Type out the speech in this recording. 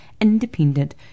Independent